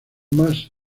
más